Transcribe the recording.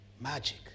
Magic